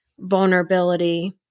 vulnerability